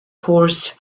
horse